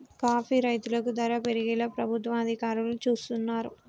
coffee రైతులకు ధర పెరిగేలా ప్రభుత్వ అధికారులు సూస్తున్నారు